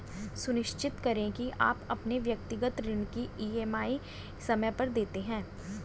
सुनिश्चित करें की आप व्यक्तिगत ऋण की ई.एम.आई समय पर देते हैं